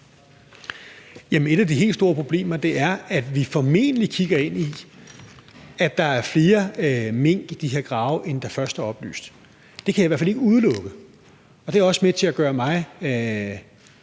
Et af de helt store problemer er, at vi formentlig kigger ind i, at der er flere mink i de her grave, end der først er oplyst. Det kan jeg i hvert fald ikke udelukke. Det er også med til at gøre mig